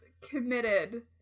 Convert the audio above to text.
committed